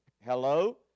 Hello